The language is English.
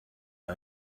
are